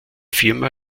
firma